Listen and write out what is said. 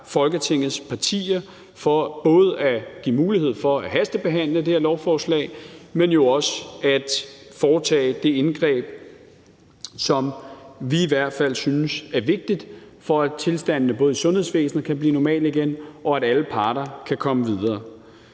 Folketingets partier for både at give mulighed for at hastebehandle det her lovforslag, men jo også at foretage det indgreb, som vi i hvert fald synes er vigtigt, både for at tilstandene i sundhedsvæsenet kan blive normale igen, og for at alle parter kan komme videre.